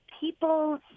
people